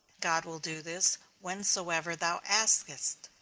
god will do this whensoever thou askest,